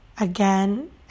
again